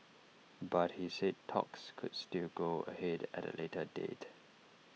but he said talks could still go ahead at A later date